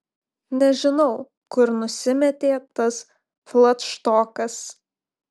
nežinau kur nusimetė tas fladštokas